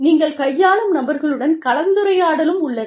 நீங்கள் கையாளும் நபர்களுடன் கலந்துரையாடலும் உள்ளது